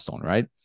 right